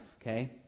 okay